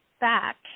back